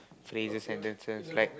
phrase sentences like